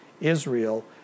Israel